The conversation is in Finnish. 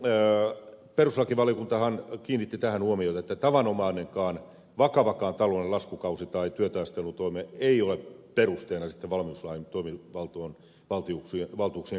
perustuslakivaliokuntahan kiinnitti tähän huomiota että vakavakaan taloudellinen laskukausi tai työtaistelutoimi ei sitten ole perusteena valmiuslain toimivaltuuksien käyttöönotolle